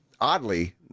oddly